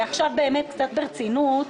עכשיו באמת קצת ברצינות,